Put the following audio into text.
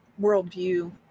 worldview